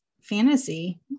fantasy